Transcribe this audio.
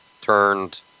turned